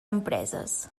empreses